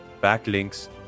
backlinks